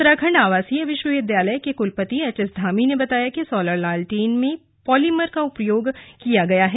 उत्तराखण्ड आवासीय विश्वविद्यालय के कुलपति एचएसधामी ने बताया कि सोलर लालटेन में पोलीमर का प्रयोग किया गया है